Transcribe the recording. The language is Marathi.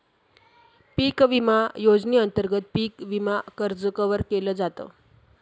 पिक विमा योजनेअंतर्गत पिक विमा कर्ज कव्हर केल जात